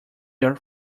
your